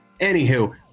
Anywho